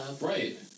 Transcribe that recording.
Right